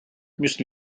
müssen